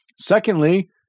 Secondly